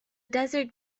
desert